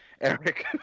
Eric